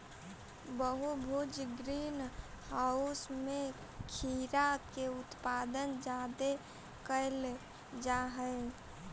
बहुभुज greenhouse में खीरा के उत्पादन जादे कयल जा हई